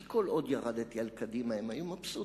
כי כל עוד ירדתי על קדימה הם היו מבסוטים.